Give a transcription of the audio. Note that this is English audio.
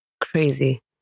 Crazy